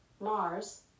Mars